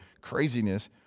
craziness